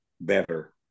better